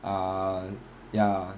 ah ya